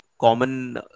common